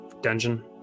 dungeon